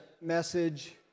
message